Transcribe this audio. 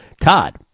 Todd